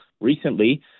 recently